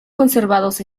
conservados